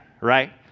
right